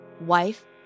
wife